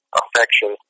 affection